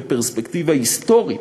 בפרספקטיבה היסטורית,